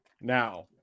Now